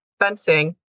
fencing